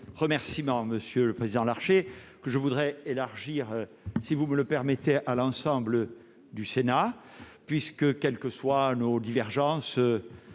remerciements, Monsieur le Président, Larché que je voudrais élargir, si vous me le permettez à l'ensemble du Sénat puisque, quelles que soient nos divergences,